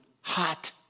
hot